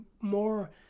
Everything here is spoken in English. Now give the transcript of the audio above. more